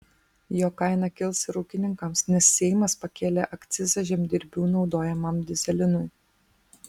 jo kaina kils ir ūkininkams nes seimas pakėlė akcizą žemdirbių naudojamam dyzelinui